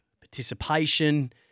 participation